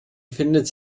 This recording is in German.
befindet